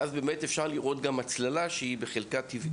ואז אפשר לראות גם הצללה שהיא טבעית,